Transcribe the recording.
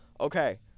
okay